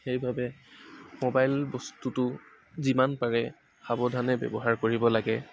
সেইবাবে মোবাইল বস্তুটো যিমান পাৰে সাৱধানে ব্যৱহাৰ কৰিব লাগে